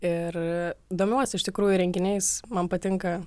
ir domiuosi iš tikrųjų renginiais man patinka